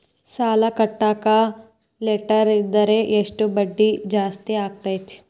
ಸಾಲ ಕಟ್ಟಾಕ ಲೇಟಾದರೆ ಎಷ್ಟು ಬಡ್ಡಿ ಜಾಸ್ತಿ ಆಗ್ತೈತಿ?